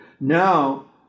now